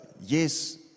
yes